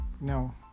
No